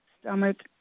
stomach